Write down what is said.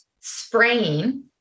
spraying